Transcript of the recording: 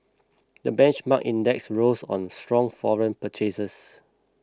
the benchmark index rose on strong foreign purchases